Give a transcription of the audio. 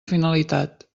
finalitat